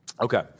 Okay